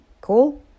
Cool